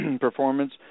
performance